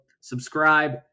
subscribe